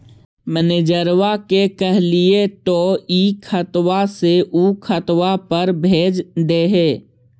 मैनेजरवा के कहलिऐ तौ ई खतवा से ऊ खातवा पर भेज देहै?